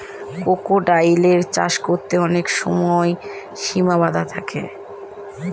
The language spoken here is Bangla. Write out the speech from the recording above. ক্রোকোডাইলের চাষ করতে অনেক সময় সিমা বাধা থাকে